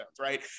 Right